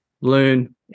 learn